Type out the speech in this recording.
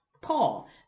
Paul